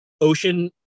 ocean